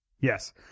yes